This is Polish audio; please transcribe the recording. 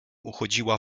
uchodziła